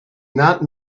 not